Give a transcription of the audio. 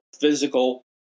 physical